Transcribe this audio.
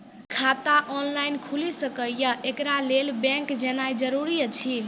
खाता ऑनलाइन खूलि सकै यै? एकरा लेल बैंक जेनाय जरूरी एछि?